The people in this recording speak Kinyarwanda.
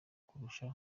kurusha